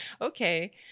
okay